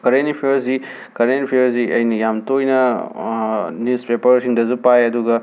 current ꯏꯐ꯭ꯌꯔꯁꯤ current ꯏꯐ꯭ꯌꯔꯁꯤ ꯑꯩꯅ ꯌꯥꯝꯅ ꯇꯣꯏꯅ ꯅ꯭ꯌꯨꯁꯄꯦꯄꯔꯁꯤꯡꯗꯁꯨ ꯄꯥꯏ ꯑꯗꯨꯒ